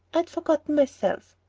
i'd forgotten myself.